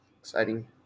exciting